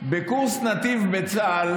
בקורס נתיב בצה"ל,